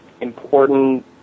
important